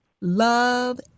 Love